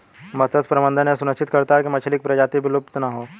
मत्स्य प्रबंधन यह सुनिश्चित करता है की मछली की प्रजाति विलुप्त ना हो